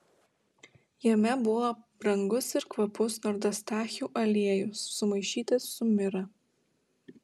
jame buvo brangus ir kvapus nardostachių aliejus sumaišytas su mira